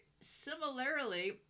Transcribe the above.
similarly